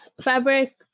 fabric